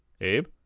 Abe